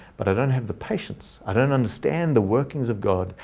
but i don't have the patience. i don't understand the workings of god.